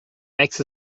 makes